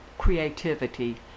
creativity